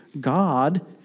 God